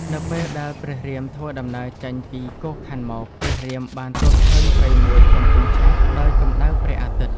នៅពេលដែលព្រះរាមធ្វើដំណើរចេញពីកូខ័នមក ព្រះរាម បានទតឃើញព្រៃមួយកំពុងឆេះដោយកំដៅព្រះអាទិត្យ។